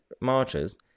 marches